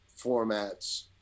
formats